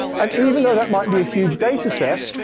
and even though that might be a huge dataset,